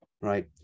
Right